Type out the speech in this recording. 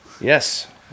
Yes